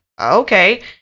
Okay